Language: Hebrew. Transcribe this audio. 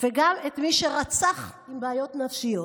וגם את מי שרצח, עם בעיות נפשיות.